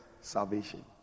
salvation